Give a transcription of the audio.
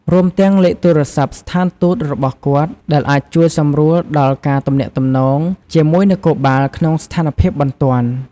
រួមទាំងលេខទូរស័ព្ទស្ថានទូតរបស់គាត់ ដែលអាចជួយសម្រួលដល់ការទំនាក់ទំនងជាមួយនគរបាលក្នុងស្ថានភាពបន្ទាន់។